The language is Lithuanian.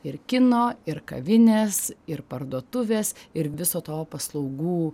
ir kino ir kavinės ir parduotuvės ir viso to paslaugų